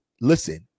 Listen